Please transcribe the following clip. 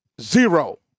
Zero